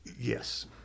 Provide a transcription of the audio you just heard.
Yes